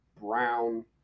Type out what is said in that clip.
brown